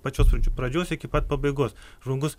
pačios pradžios iki pat pabaigos žmogus